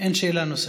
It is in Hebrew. אין שאלה נוספת.